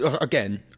again